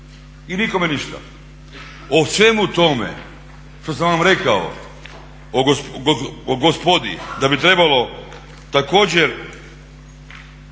I nikome ništa. O svemu tome što sam vam rekao, o gospodi da bi trebalo također